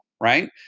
right